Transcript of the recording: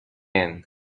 end